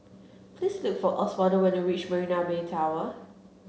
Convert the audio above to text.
please look for Oswaldo when you reach Marina Bay Tower